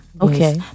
okay